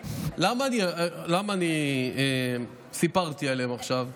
למה אני סיפרתי עליהם עכשיו?